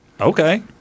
Okay